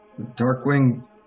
Darkwing